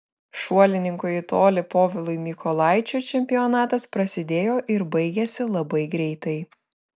šuolininkui į tolį povilui mykolaičiui čempionatas prasidėjo ir baigėsi labai greitai